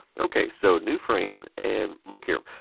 ok, so new frame. and look here.